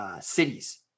Cities